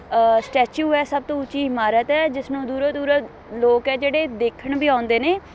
statue ਹੈ ਸਭ ਤੋਂ ਉੱਚੀ ਇਮਾਰਤ ਹੈ ਜਿਸਨੂੰ ਦੂਰੋਂ ਦੂਰੋਂ ਲੋਕ ਹੈ ਜਿਹੜੇ ਦੇਖਣ ਵੀ ਆਉਂਦੇ ਨੇ